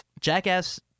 Jackass